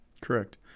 Correct